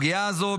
הפגיעה הזו,